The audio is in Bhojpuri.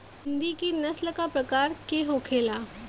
हिंदी की नस्ल का प्रकार के होखे ला?